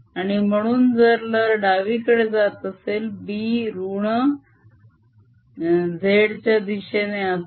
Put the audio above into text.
आणि म्हणून जर लहर डावीकडे जात असेल B ऋण z च्या दिशेने असेल